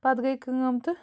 پَتہٕ گٔے کٲم تہٕ